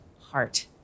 heart